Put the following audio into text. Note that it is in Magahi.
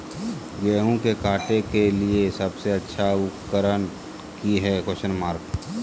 गेहूं के काटे के लिए सबसे अच्छा उकरन की है?